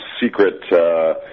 secret